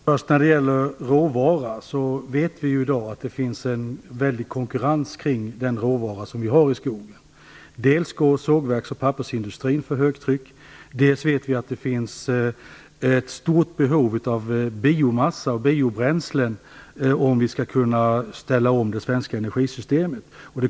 Fru talman! När det först gäller frågan om råvara vet vi i dag att det råder en väldig konkurrens om den råvara som vi har i skogen. Dels går sågverks och pappersindustrin för högtryck, dels vet vi att det kommer att bli ett stort behov av biomassa och biobränslen, om vi skall kunna ställa om det svenska energisystemet.